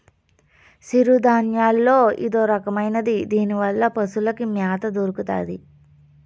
సిరుధాన్యాల్లో ఇదొరకమైనది దీనివల్ల పశులకి మ్యాత దొరుకుతాది